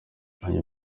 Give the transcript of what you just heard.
ayo